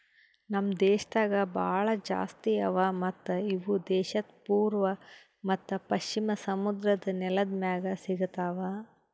ನಮ್ ದೇಶದಾಗ್ ಭಾಳ ಜಾಸ್ತಿ ಅವಾ ಮತ್ತ ಇವು ದೇಶದ್ ಪೂರ್ವ ಮತ್ತ ಪಶ್ಚಿಮ ಸಮುದ್ರದ್ ನೆಲದ್ ಮ್ಯಾಗ್ ಸಿಗತಾವ್